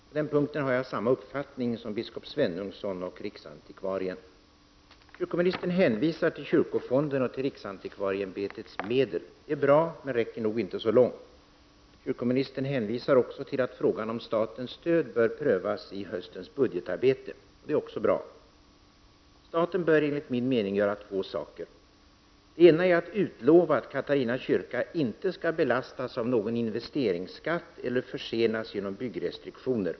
Jag har samma uppfattning som biskop Svenungsson och riksantikvarien på den punkten. Kyrkoministern hänvisar till kyrkofonden och till riksantikvarieämbetets medel. Det är bra, men de räcker nog inte så långt. Kyrkoministern hänvisar också till att frågan om statens stöd skall prövas i höstens budgetarbete. Det är också bra. Staten bör enligt min mening göra två saker. Det ena är att utlova att Katarina kyrka inte skall belastas av någon investeringsskatt eller försenas genom byggrestriktioner.